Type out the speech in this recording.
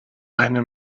eine